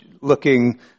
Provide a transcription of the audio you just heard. looking